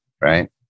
right